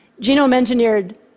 Genome-engineered